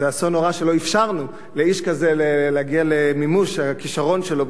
זה אסון נורא שלא אפשרנו לאיש כזה להגיע למימוש הכשרון שלו,